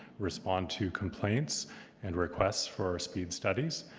respond to complaints and requests for our speed studies.